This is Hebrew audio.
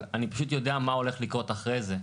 אבל אני פשוט יודע מה הולך לקרות אחרי זה.